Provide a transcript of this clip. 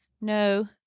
No